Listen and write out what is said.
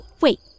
wait